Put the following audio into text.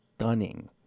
stunning